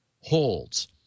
holds